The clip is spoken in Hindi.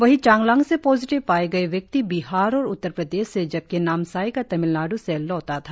वहीं चांगलांग से पॉजिटिव पाए गए व्यक्ति बिहार और उत्तर प्रदेश से जबकि नामसाई का तमिल नाड् से लौटा था